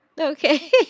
Okay